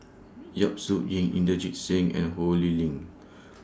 Yap Su Yin Inderjit Singh and Ho Lee Ling